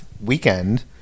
weekend